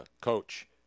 coach